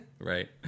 Right